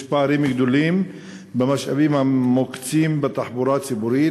יש פערים גדולים במשאבים המוקצים לתחבורה הציבורית,